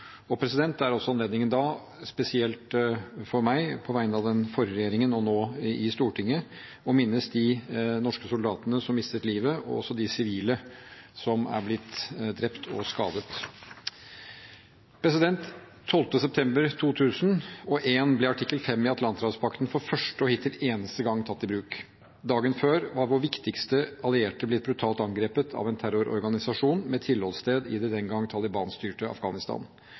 er også en anledning spesielt for meg på vegne av den forrige regjeringen, og nå i Stortinget, til å minnes de norske soldatene som mistet livet, og også de sivile som er blitt drept og skadet. Den 12. september 2001 ble artikkel 5 i Atlanterhavspakten for første og hittil eneste gang tatt i bruk. Dagen før var vår viktigste allierte blitt brutalt angrepet av en terrororganisasjon med tilholdssted i det den gang Taliban-styrte Afghanistan.